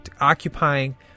occupying